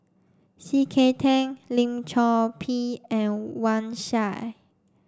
C K Tang Lim Chor Pee and Wang Sha